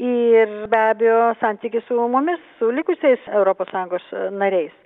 ir be abejo santykį su mumis su likusiais europos sąjungos nariais